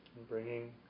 Bringing